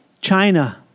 China